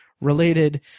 related